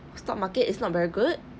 stock market is not very good